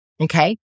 Okay